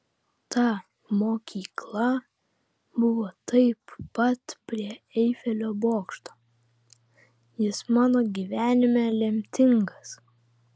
ta mokykla buvo taip pat prie eifelio bokšto jis mano gyvenime lemtingas